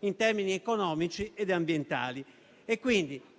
in termini economici ed ambientali.